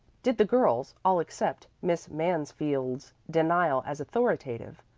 did the girls all accept miss mansfield's denial as authoritative?